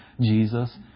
Jesus